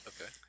Okay